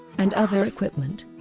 and other equipment.